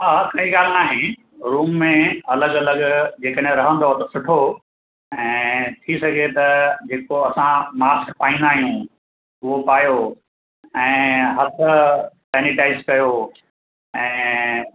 हा काई ॻाल्हि न आहे रूम में अलॻि अलॻि जेकॾहिं रहंदव त सुठो ऐं थी सघे त जेको असां मास्क पाईंदा आहियूं उहो पायो ऐं हथ सैनिटाइज़ कयो ऐं